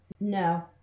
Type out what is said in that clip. No